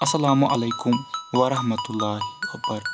اسلام علیکُم ورحمت اللہِ وَبَرکاتاہوٗ